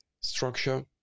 structure